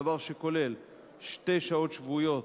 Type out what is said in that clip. דבר שכולל שתי שעות שבועיות,